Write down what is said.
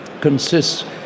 consists